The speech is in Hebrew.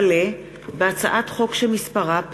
הצעת חוק החברות (תיקון,